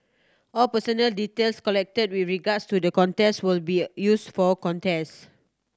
all personal details collected with regards to the contest will be used for contest